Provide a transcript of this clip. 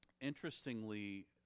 interestingly